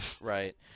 Right